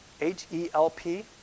H-E-L-P